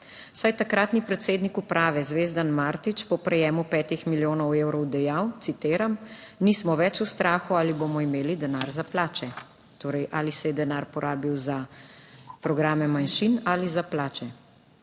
je takratni predsednik uprave Zvezdan Martič po prejemu petih milijonov evrov dejal (citiram): "Nismo več v strahu, ali bomo imeli denar za plače." Torej, ali se je denar porabil za programe manjšin ali za plače?